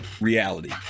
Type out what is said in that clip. reality